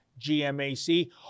GMAC